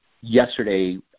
yesterday